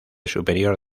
superior